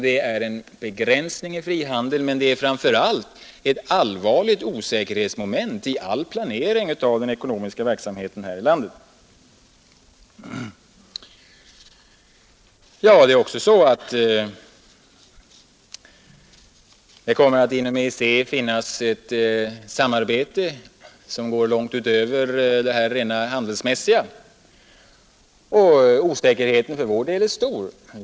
Det är en begränsning av frihandeln, men det är framför allt ett osäkerhetsmoment i all planering av den ekonomiska verksamheten här i landet. Inom EEC kommer att bedrivas ett samarbete som går långt utöver det rena handelsområdet. Osäkerheten för vår del är stor.